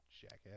Jackass